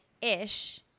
ish